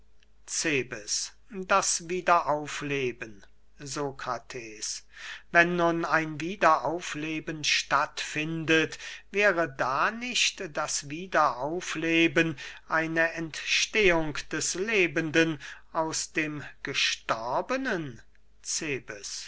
das wiederaufleben sokrates wenn nun ein wiederaufleben statt findet wäre da nicht das wiederaufleben eine entstehung des lebenden aus dem gestorbenen